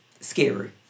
scary